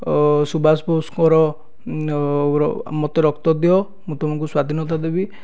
ସୁବାସ ବୋଷଙ୍କର ମୋତେ ରକ୍ତ ଦିଅ ମୁଁ ତୁମକୁ ସ୍ୱାଧୀନତା ଦେବି